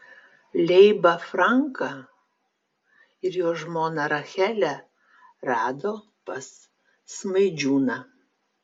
leibą franką ir jo žmoną rachelę rado pas smaidžiūną